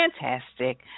Fantastic